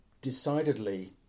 decidedly